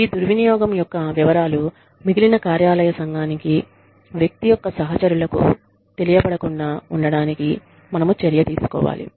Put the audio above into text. ఈ దుర్వినియోగం యొక్క వివరాలు మిగిలిన కార్యాలయ సంఘానికి వ్యక్తి యొక్క సహచరులకు తెలియబడకుండా ఉండటానికి మనము చర్య తీసుకోవాలి